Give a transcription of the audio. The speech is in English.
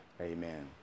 Amen